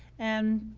and,